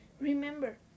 Remember